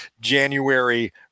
January